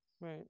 Right